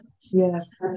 Yes